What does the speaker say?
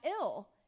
ill